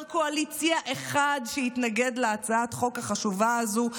קואליציה אחד שיתנגד להצעת החוק החשובה הזו,